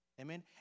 Amen